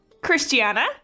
Christiana